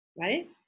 right